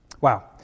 Wow